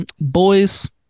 Boys